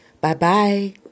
Bye-bye